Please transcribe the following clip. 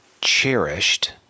cherished